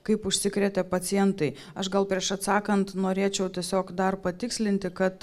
kaip užsikrėtė pacientai aš gal prieš atsakant norėčiau tiesiog dar patikslinti kad